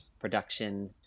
production